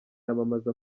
yamamaza